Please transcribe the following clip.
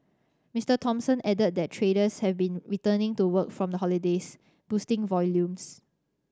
Mister Thompson added that traders have been returning to work from the holidays boosting volumes